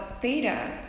theta